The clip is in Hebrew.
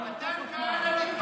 מתן כהנא, תתבייש.